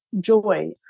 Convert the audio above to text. joy